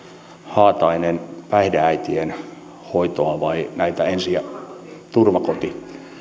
haatainen päihdeäitien hoitoa vai näitä ensi ja turvakoteja